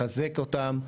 לחזק אותם.